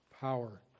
power